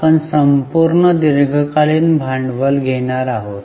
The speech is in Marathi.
आपण संपूर्ण दीर्घकालीन भांडवल घेणार आहोत